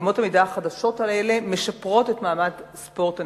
אמות המידה החדשות האלה משפרות את מעמד ספורט הנכים,